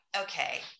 okay